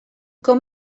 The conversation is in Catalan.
com